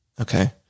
Okay